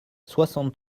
soixante